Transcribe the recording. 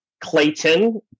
Clayton